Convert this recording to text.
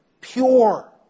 pure